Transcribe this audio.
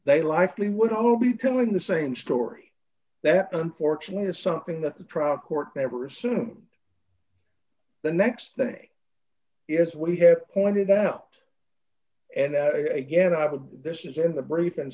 they likely would all be telling the same story that unfortunately is something that the trial court every assume the next day is we have pointed out and that again i would this is in the brief and